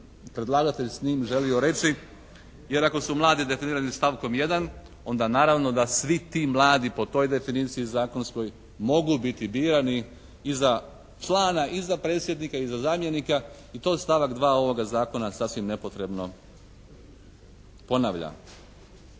predlagatelj s njim htio reći jer ako su mladi su mladi definirani stavkom 1. onda naravno da svi ti mladi po toj definiciji zakonskoj mogu biti birani i za člana i za predsjednika i za zamjenika i to stavak 2. ovoga Zakona sasvim nepotrebno ponavlja.